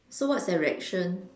so what's their reaction